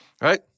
right